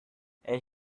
and